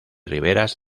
riberas